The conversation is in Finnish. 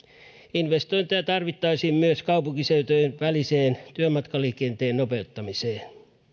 investointeja tarvittaisiin myös kaupunkiseutujen välisen työmatkaliikenteen nopeuttamiseen